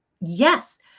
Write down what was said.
Yes